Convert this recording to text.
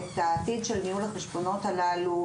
את העתיד של ניהול החשבונות הללו,